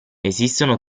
esistono